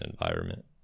environment